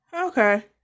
okay